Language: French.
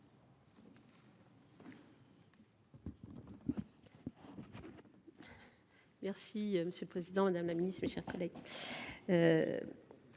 Petrus. Monsieur le président, madame la ministre, mes chers collègues,